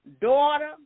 Daughter